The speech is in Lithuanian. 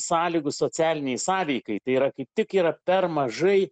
sąlygų socialinei sąveikai tai yra kaip tik yra per mažai